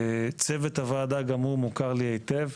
צוות הוועדה גם הוא מוכר לי היטב.